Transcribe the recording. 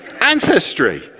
Ancestry